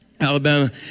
Alabama